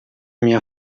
minha